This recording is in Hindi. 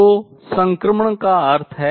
तो संक्रमण का अर्थ है